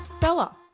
Bella